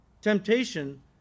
temptation